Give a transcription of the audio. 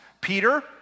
Peter